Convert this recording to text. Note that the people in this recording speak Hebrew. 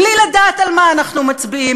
בלי לדעת על מה אנחנו מצביעים.